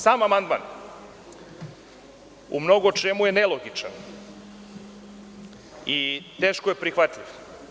Sam amandman u mnogo čemu je nelogičan i teško je prihvatljiv.